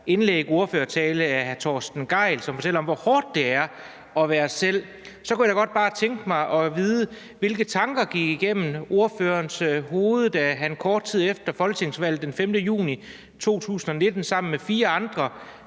indlæg og en ordførertale af hr. Torsten Gejl, som fortæller om, hvor hårdt det er kun at være sig selv. Så derfor kunne jeg da bare godt tænke mig at vide, hvilke tanker der gik igennem ordførerens hoved, da han kort tid efter folketingsvalget den 5. juni 2019 sammen med fire andre